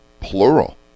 plural